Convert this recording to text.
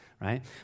right